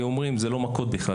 זה לא מכות בכלל.